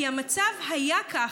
כי המצב היה כך,